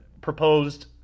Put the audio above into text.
proposed